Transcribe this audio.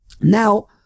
Now